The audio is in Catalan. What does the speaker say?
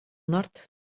nord